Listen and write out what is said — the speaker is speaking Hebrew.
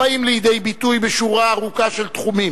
הבאים לידי ביטוי בשורה ארוכה של תחומים,